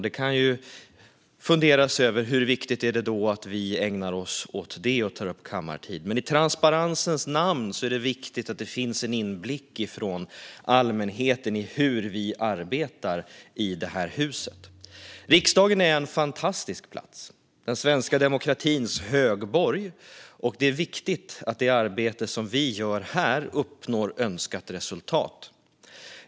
Det kan ju funderas över hur viktigt det är att vi ägnar oss åt det och tar upp kammartid, men i transparensens namn är det viktigt att det finns en inblick från allmänheten i hur vi arbetar i det här huset. Riksdagen är en fantastisk plats - den svenska demokratins högborg. Det är viktigt att det arbete vi gör här uppnår önskat resultat.